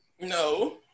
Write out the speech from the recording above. No